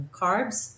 carbs